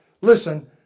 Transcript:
listen